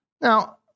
Now